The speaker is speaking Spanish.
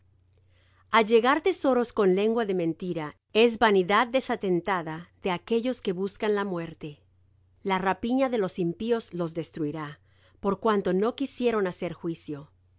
pobreza allegar tesoros con lengua de mentira es vanidad desatentada de aquellos que buscan la muerte la rapiña de los impíos los destruirá por cuanto no quisieron hacer juicio